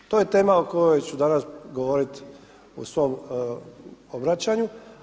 To je tema o kojoj ću danas govoriti u svom obraćanju.